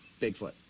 bigfoot